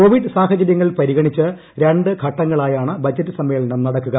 Covid സാഹചരൃങ്ങൾ പരിഗണിച്ച് രണ്ട് ഘട്ടങ്ങളായാണ് ബജറ്റ് സമ്മേളനം നടക്കുക